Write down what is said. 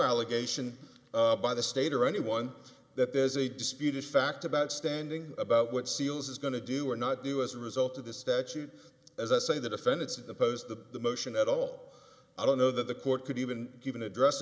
allegation by the state or anyone that there's a disputed fact about standing about what seales is going to do or not do as a result of the statute as i say the defendants opposed the motion at all i don't know that the court could even give an address